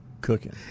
cooking